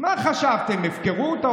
מה חשבתם, הפקרות?